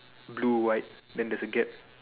blue white then there's a gap